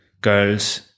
girls